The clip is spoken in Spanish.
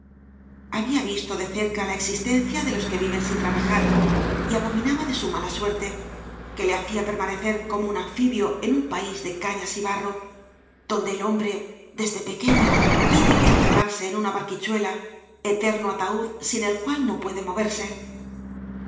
había visto de cerca la existencia de los que viven sin trabajar y abominaba de su mala suerte que le hacía permanecer como un anfibio en un país de cañas y barro donde el hombre desde pequeño tiene que encerrarse en una barquichuela eterno ataúd sin el cual no puede moverse el